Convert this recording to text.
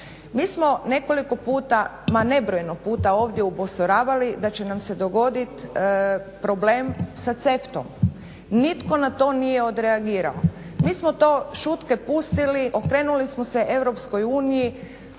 Mi smo nekoliko puta, ma nebrojeno puta ovdje upozoravali da će nam se dogodit problem sa CEFTA-om. Nitko na to nije odreagirao. Mi smo to šutke pustili, okrenuli smo se Europskoj uniji,